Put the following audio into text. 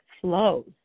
flows